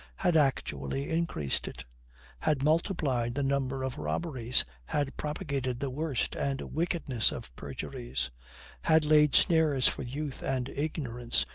had actually increased it had multiplied the number of robberies had propagated the worst and wickedest of perjuries had laid snares for youth and ignorance,